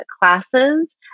classes